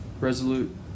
Resolute